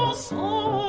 ah small